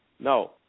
No